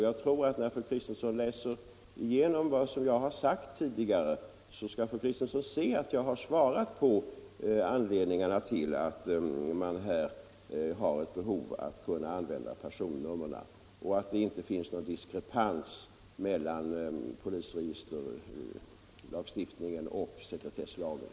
Jag tror att när fru Kristensson läser igenom vad jag sagt tidigare skall fru Kristensson se att jag har redogjort för anledningarna till att man här har ett behov av att kunna använda personnumren och att det inte finns någon diskrepans mellan polisregisterlagstiftningen och sekretesslagen.